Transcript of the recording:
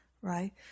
Right